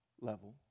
level